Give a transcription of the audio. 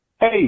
Hey